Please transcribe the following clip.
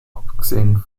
abgesehen